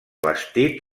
vestit